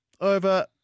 Over